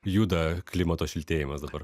juda klimato šiltėjimas dabar